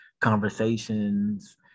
conversations